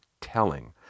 telling